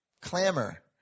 Clamor